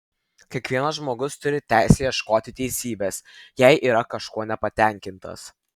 kiekvienas žmogus turi teisę ieškoti teisybės jei yra kažkuo nepatenkintas